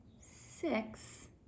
six